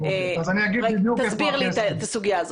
אני אגיד בדיוק היכן הכסף.